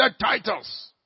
titles